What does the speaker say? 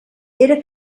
era